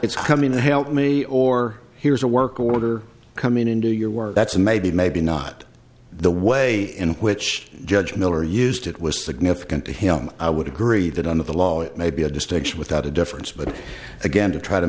it's coming to help me or here's a work order coming into your work that's maybe maybe not the way in which judge miller used it was significant to him i would agree that under the law it may be a distinction without a difference but again to try to